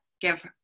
give